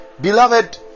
Beloved